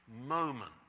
moment